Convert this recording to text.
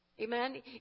Amen